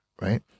right